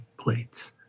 plates